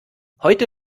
heute